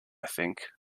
think